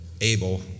able